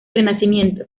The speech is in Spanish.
renacimiento